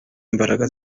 imbaraga